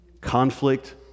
conflict